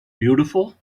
beautiful